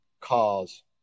cars